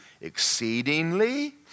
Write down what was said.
exceedingly